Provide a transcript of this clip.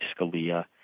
Scalia